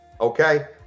Okay